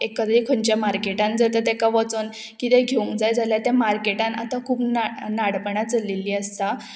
एकाद्रें खंयच्या मार्केटान जर तर तेका वचोन किदेंय घेवंक जाय जाल्यार त्या मार्केटान आतां खूब ना नाडपणां चलिल्लीं आसता